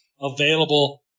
available